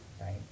right